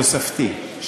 תוספתי.